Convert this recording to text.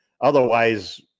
Otherwise